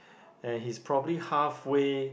and he's probably half way